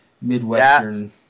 Midwestern